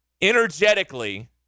energetically